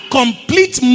complete